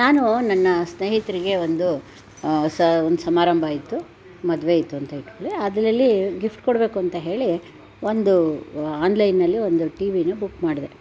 ನಾನು ನನ್ನ ಸ್ನೇಹಿತರಿಗೆ ಒಂದು ಸ ಒಂದು ಸಮಾರಂಭ ಇತ್ತು ಮದುವೆ ಇತ್ತು ಅಂತ ಹೇಳಿ ಇಟ್ಕೊಳ್ಳಿ ಅದರಲ್ಲಿ ಗಿಫ್ಟ್ ಕೊಡಬೇಕು ಅಂತ ಹೇಳಿ ಒಂದು ಆನ್ಲೈನ್ನಲ್ಲಿ ಒಂದು ಟಿ ವಿನ ಬುಕ್ ಮಾಡಿದೆ